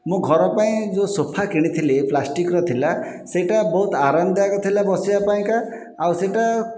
ମୁଁ ଘର ପାଇଁ ଯେଉଁ ସୋଫା କିଣିଥିଲି ପ୍ଲାଷ୍ଟିକର ଥିଲା ସେହିଟା ବହୁତ ଆରାମଦାୟକ ଥିଲା ବସିବା ପାଇଁ କା ଆଉ ସେହିଟା